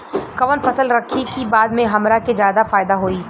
कवन फसल रखी कि बाद में हमरा के ज्यादा फायदा होयी?